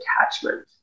attachment